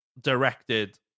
directed